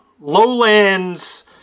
lowlands